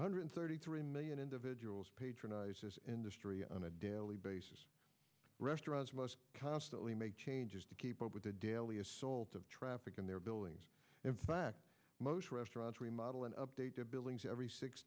hundred thirty three million individuals patronize this industry on a daily basis restaurants must constantly make changes to keep up with the daily assault of traffic in their buildings in fact most restaurants remodel and update the billings every six